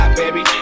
baby